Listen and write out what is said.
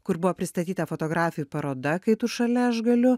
kur buvo pristatyta fotografijų paroda kai tu šalia aš galiu